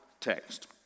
text